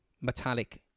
metallic